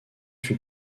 fut